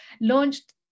launched